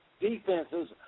defenses